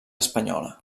espanyola